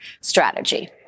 strategy